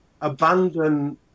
abandon